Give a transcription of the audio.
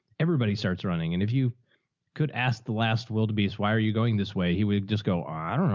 everybody starts running. and if you could ask the last will to be is, why are you going this way? he would just go on, i